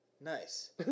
Nice